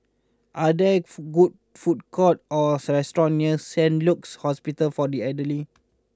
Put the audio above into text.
are there food good food courts or restaurants near Saint Luke's Hospital for the Elderly